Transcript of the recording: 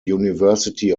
university